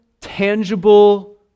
tangible